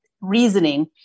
reasoning